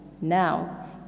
now